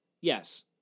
Yes